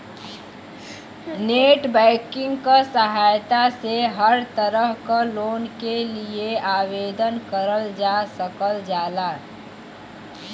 net banking क सहायता से हर तरह क लोन के लिए आवेदन करल जा सकल जाला